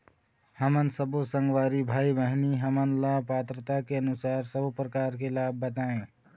हमन सब्बो संगवारी भाई बहिनी हमन ला पात्रता के अनुसार सब्बो प्रकार के लाभ बताए?